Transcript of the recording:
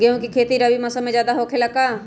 गेंहू के खेती रबी मौसम में ज्यादा होखेला का?